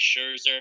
Scherzer